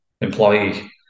employee